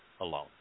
alone